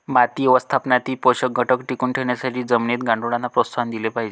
माती व्यवस्थापनातील पोषक घटक टिकवून ठेवण्यासाठी जमिनीत गांडुळांना प्रोत्साहन दिले पाहिजे